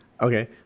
Okay